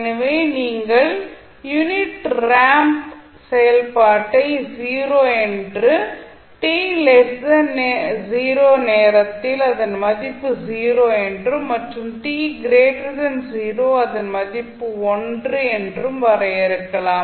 எனவே நீங்கள் unit ramp செயல்பாட்டை 0 என்று t 0 நேரத்தில் அதன் மதிப்பு 0 என்றும் மற்றும் t 0 அதன் மதிப்பு 1 என்றும் வரையறுக்கலாம்